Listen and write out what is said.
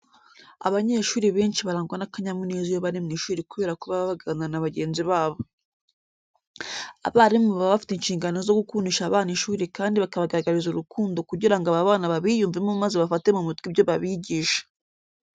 Abanyeshuri benshi barangwa n'akanyamuneza iyo bari mu ishuri kubera ko baba baganira na bagenzi babo. Abarimu baba bafite inshingano zo gukundisha abana ishuri kandi bakabagaragariza urukundo kugira ngo aba bana babiyumvemo maze bafate mu mutwe ibyo babigisha.